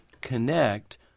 Connect